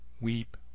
weep